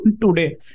today